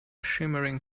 shimmering